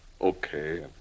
Okay